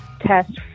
test